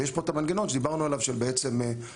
ויש פה את המנגנון שדיברנו עליו של בעצם מועדונים,